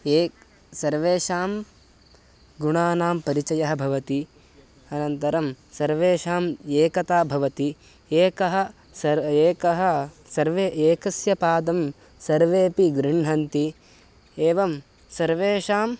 ये सर्वेषां गुणानां परिचयः भवति अनन्तरं सर्वेषाम् एकता भवति एकः सर् एकः सर्वे एकस्य पादं सर्वेपि गृण्हन्ति एवं सर्वेषाम्